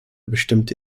bestimmte